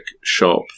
shop